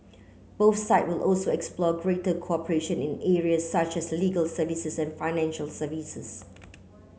both side will also explore greater cooperation in area such as legal services and financial services